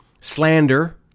Slander